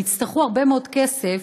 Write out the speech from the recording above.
הם יצטרכו הרבה מאוד כסף